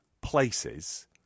places